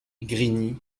grigny